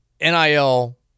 NIL